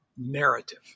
narrative